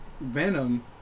Venom